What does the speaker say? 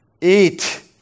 Eat